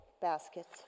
baskets